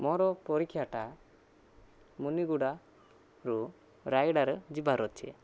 ମୋର ପରୀକ୍ଷାଟା ମୁନିଗୁଡ଼ାରୁ ରାୟଗିଡ଼ାର ଯିବାର ଅଛି